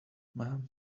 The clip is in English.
man